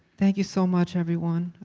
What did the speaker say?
thank you so much everyone,